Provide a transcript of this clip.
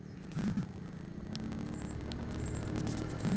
ನೇರಾವರಿಯಲ್ಲಿ ನಿರ್ವಹಣೆ ಮಾಡಲಿಕ್ಕೆ ಸರ್ಕಾರದ ಇಲಾಖೆ ಯಾವುದು?